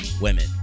women